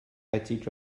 attic